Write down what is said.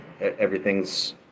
Everything's